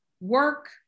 work